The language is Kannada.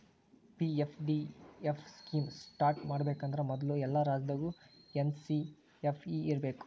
ಪಿ.ಎಫ್.ಡಿ.ಎಫ್ ಸ್ಕೇಮ್ ಸ್ಟಾರ್ಟ್ ಮಾಡಬೇಕಂದ್ರ ಮೊದ್ಲು ಎಲ್ಲಾ ರಾಜ್ಯದಾಗು ಎಸ್.ಪಿ.ಎಫ್.ಇ ಇರ್ಬೇಕು